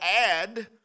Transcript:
add